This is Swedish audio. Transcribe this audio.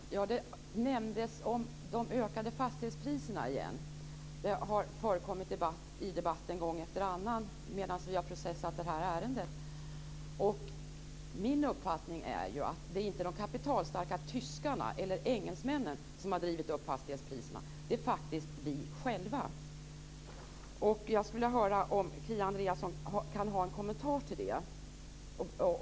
Fru talman! Det nämndes om de ökade fastighetspriserna. Det har förekommit i debatter gång efter annan medan vi har processat det här ärendet. Min uppfattning är att det inte är de kapitalstarka tyskarna eller engelsmännen som har drivit upp fastighetspriserna. Det är faktiskt vi själva. Jag skulle vilja höra om Kia Andreasson kan ha en kommentar till det.